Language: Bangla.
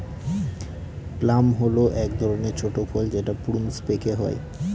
প্লাম হল এক ধরনের ছোট ফল যেটা প্রুনস পেকে হয়